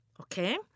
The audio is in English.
okay